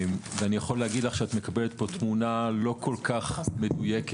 אני יכול להגיד לך שאת מקבלת פה תמונה לא כל כך מדויקת,